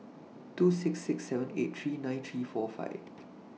two six six seven eight three nine three four five